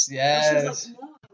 yes